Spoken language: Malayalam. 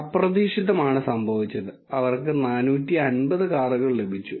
അപ്രതീക്ഷിതമാണ് സംഭവിച്ചത് അവർക്ക് 450 കാറുകൾ ലഭിച്ചു